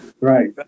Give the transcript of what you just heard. Right